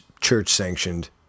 church-sanctioned